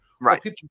Right